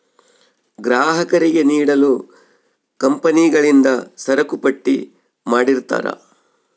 ಗ್ರಾಹಕರಿಗೆ ನೀಡಲು ಕಂಪನಿಗಳಿಂದ ಸರಕುಪಟ್ಟಿ ಮಾಡಿರ್ತರಾ